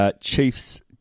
Chiefs